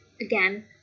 again